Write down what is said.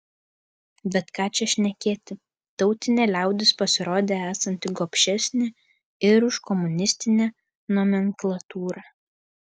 bet ką čia šnekėti tautinė liaudis pasirodė esanti gobšesnė ir už komunistinę nomenklatūrą